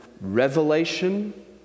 revelation